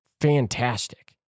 fantastic